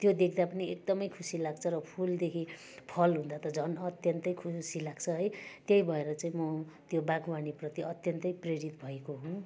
त्यो देख्दा पनि एकदमै खुसी लाग्छ र फुलदेखि फल हुँदा त झन् अत्यन्तै खुसी लाग्छ है त्यही भएर चाहिँ म त्यो बागवानी प्रति अत्यन्तै प्रेरित भएको हुँ